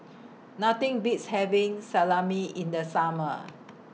Nothing Beats having Salami in The Summer